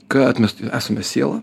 kad mes esame siela